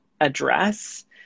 address